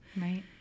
Right